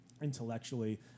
intellectually